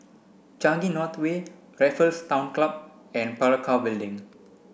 Changi North Way Raffles Town Club and Parakou Building